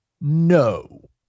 No